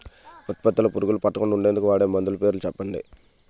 ఉత్పత్తి లొ పురుగులు పట్టకుండా ఉండేందుకు వాడే మందులు పేర్లు చెప్పండీ?